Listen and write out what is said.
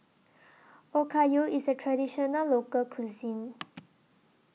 Okayu IS A Traditional Local Cuisine